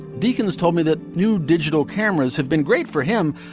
deakin's told me that new digital cameras had been great for him,